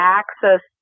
access